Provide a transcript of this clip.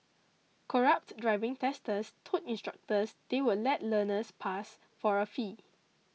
corrupt driving testers told instructors they would let learners pass for a fee